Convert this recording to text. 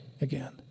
again